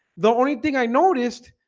the only thing i noticed